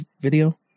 video